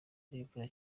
n’imvura